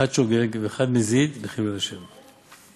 אחד שוגג ואחד מזיד בחילול השם.